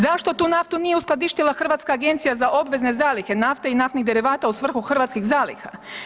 Zašto tu naftu nije uskladištila Hrvatska agencija za obvezne zalihe nafte i naftnih derivata u svrhu hrvatskih zaliha?